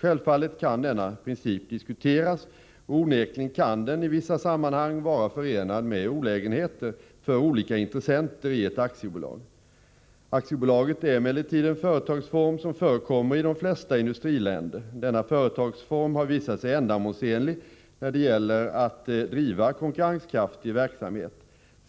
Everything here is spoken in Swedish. Självfallet kan denna princip diskuteras, och onekligen kan den i vissa sammanhang vara förenad med olägenheter för olika intressenter i ett aktiebolag. Aktiebolaget är emellertid en företagsform som förekommer i de flesta industriländer. Denna företagsform har visat sig ändamålsenlig när det gäller att driva konkurrenskraftig verksamhet.